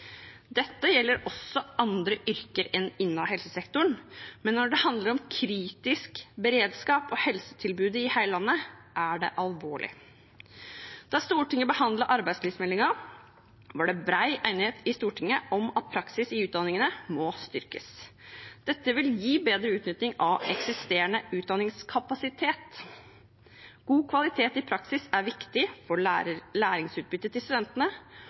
Dette gjelder også andre yrker enn innen helsesektoren, men når det handler om kritisk beredskap og helsetilbudet i hele landet, er det alvorlig. Da Stortinget behandlet arbeidslivsrelevansmeldingen, var det bred enighet i Stortinget om at praksis i utdanningene må styrkes. Dette vil gi bedre utnytting av eksisterende utdanningskapasitet. God kvalitet i praksis er viktig for læringsutbyttet til studentene